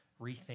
rethink